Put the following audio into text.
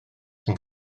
yng